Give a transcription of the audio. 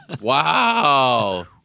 Wow